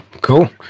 cool